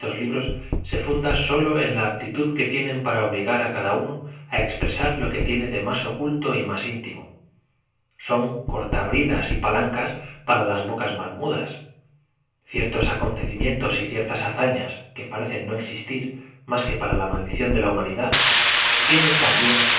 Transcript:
libros se funda sólo en la aptitud que tienen p ara obligar á cada uno á expresar lo que tiene de más oculto y más íntimo son corta bridas y palancas para las bocas más mudas ciertos acontecimientos y ciertas hazafias que parecen no existir más que p ara maldición de la humanidad tienen también